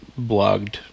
blogged